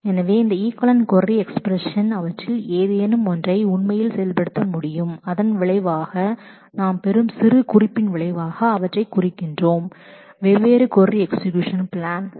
எனவே இந்த equivalent query expression அவற்றில் ஏதேனும் ஒன்றை உண்மையில் செயல்படுத்த முடியும் நாம் இறுதி எக்ஸ்பிரஸனை பயன்படுத்தி அனடேட் செய்யலாம் அந்த அனடேட் வெவ்வேறு கொரி எக்ஸிகியூஷன் பிளான் பெறுவதற்கு வழிவகுக்கும்